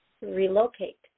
relocate